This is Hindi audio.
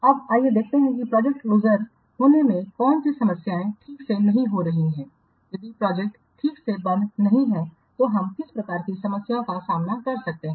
अब आइए देखें कि प्रोजेक्ट क्लोज होने पर क्या समस्याएँ ठीक नहीं हो रही हैं यदि प्रोजेक्टएँ ठीक से बंद नहीं हैं तो हम किस प्रकार की समस्याओं का सामना कर सकते हैं